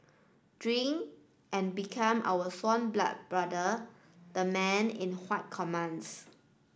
drink and become our sworn blood brother the man in white commands